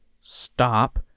stop